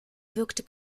wirkte